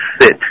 sit